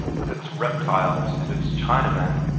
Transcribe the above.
with its reptiles and its chinaman.